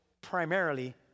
primarily